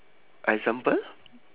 example